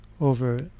over